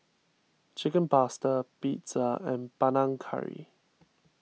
Chicken Pasta Pizza and Panang Curry